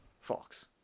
Fox